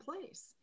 place